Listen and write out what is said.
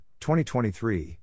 2023